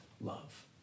love